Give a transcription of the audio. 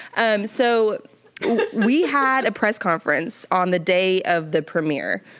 um so we had a press conference on the day of the premiere,